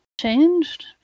Changed